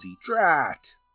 Drat